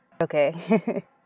Okay